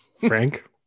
Frank